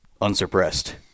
unsuppressed